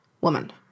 woman